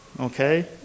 Okay